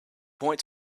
point